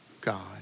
God